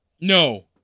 No